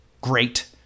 great